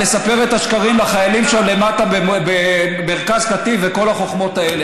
לספר את השקרים לחיילים שם למטה במרכז קטיף וכל החוכמות האלה.